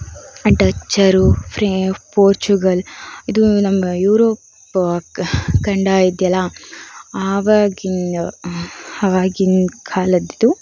ಡಚ್ಚರು ಫ್ರೆ ಪೋರ್ಚುಗಲ್ ಇದು ನಮ್ಮ ಯೂರೋಪ್ ಖಂಡ ಇದೆಯಲ್ಲ ಆವಾಗಿನ ಆವಾಗಿನ ಕಾಲದ್ದಿದು